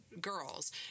girls